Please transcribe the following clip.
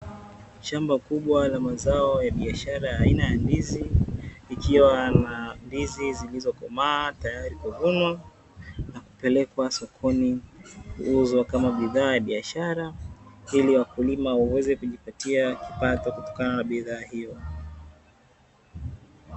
Shamba kubwa la mazao ya biashara aina ya ndizi, likiwa na ndizi ziliizokomaa tayari kuvunwa, na kupelekwa sokoni kuuzwa kama bidhaa ya biashara, ili wakulima waweze kujipatia kipato kutokana na bidhaa hiyo.